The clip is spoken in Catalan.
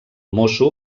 mosso